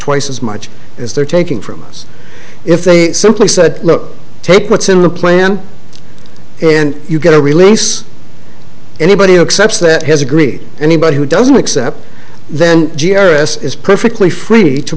twice as much as they're taking from us if they simply said take what's in the plan if you get a release anybody who accepts that has agreed anybody who doesn't accept then g r s is perfectly free to